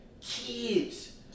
Kids